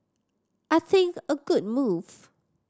I think a good move